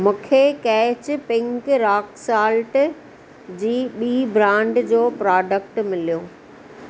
मूंखे catch pink rock salt जी ॿी ब्रांड जो प्रॉडक्ट मिलियो